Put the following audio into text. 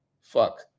Fuck